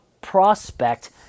prospect